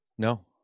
No